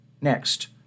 Next